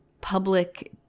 public